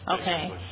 Okay